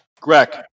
greg